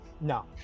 no